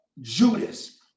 Judas